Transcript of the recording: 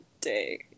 day